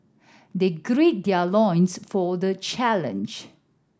they grey their loins for the challenge